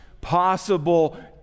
possible